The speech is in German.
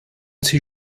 sie